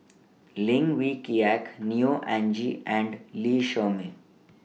Lim Wee Kiak Neo Anngee and Lee Shermay